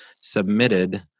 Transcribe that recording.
submitted